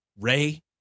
Ray